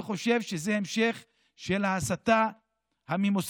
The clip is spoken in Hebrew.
אני חושב שזה המשך של ההסתה הממוסדת